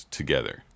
together